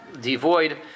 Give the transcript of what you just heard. devoid